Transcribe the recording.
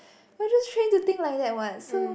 why just change the thing like that what so